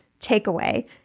takeaway